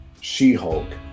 She-Hulk